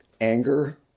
anger